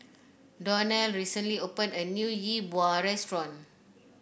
Donell recently opened a new Yi Bua Restaurant